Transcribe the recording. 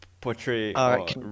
portray